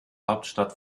hauptstadt